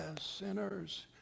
sinners